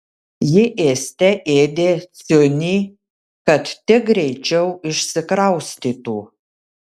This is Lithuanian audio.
ji ėste ėdė ciunį kad tik greičiau išsikraustytų